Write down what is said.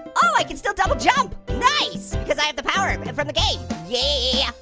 oh, i can still double jump, nice, because i have the power from the game, yeah yeah.